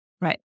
Right